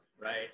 right